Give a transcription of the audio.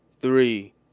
three